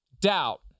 doubt